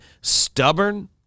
stubborn